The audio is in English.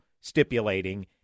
stipulating